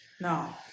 No